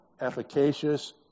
efficacious